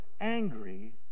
angry